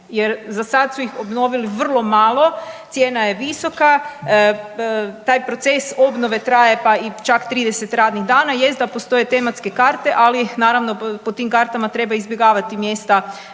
Jer za sad su ih obnovili vrlo malo, cijena je visoka. Taj proces obnove traje pa čak i 30 radnih dana. Jest da postoje tematske karte, ali naravno po tim kartama treba izbjegavati mjesta visoke